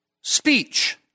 speech